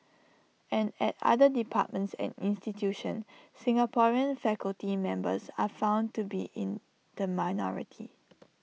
and at other departments and institutions Singaporean faculty members are found to be in the minority